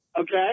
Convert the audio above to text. okay